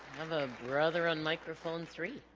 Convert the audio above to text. ah brother on microphone three